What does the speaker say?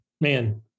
Man